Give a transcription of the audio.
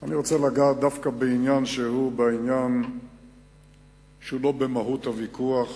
אני רוצה לגעת דווקא בעניין שהוא לא במהות הוויכוח